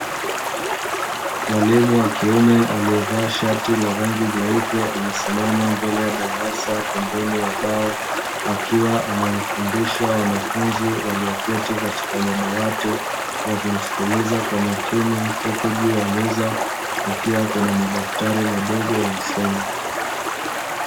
Mwalimu wa kiume aliyevaa shati la rangi nyeupe amesimama mbele ya darasa pembeni ya ubao, akiwa anawafundisha wanafunzi walioketi katika madawati wakimsikiliza kwa makini huku juu ya meza kukiwa kuna madaftari madogo ya msome.